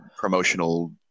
promotional –